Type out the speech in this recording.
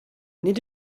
nid